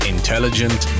Intelligent